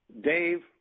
dave